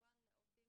כמובן עובדים